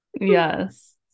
Yes